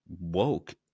woke